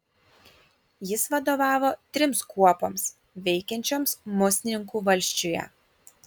jis vadovavo trims kuopoms veikiančioms musninkų valsčiuje